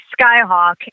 Skyhawk